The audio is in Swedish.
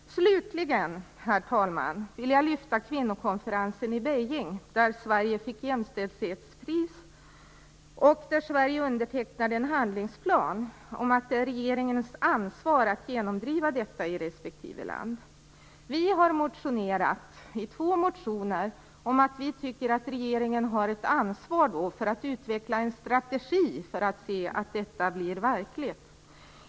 Herr talman! Jag vill slutligen lyfta fram kvinnokonferensen i Beijing, där Sverige fick jämställdhetspris och undertecknade en handlingsplan om att det är regeringens ansvar att genomdriva detta i respektive land. Vi har motionerat i två motioner om att regeringen har ett ansvar för att utveckla en strategi för att se till att detta blir verkligt.